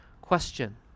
question